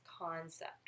concept